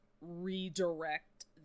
redirect